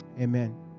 amen